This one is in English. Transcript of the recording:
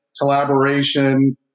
collaboration